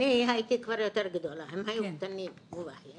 הייתי כבר יותר גדולה, הם היו קטנים, הוא ואחי.